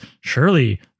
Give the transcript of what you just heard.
surely